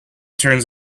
turns